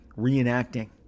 Reenacting